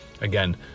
again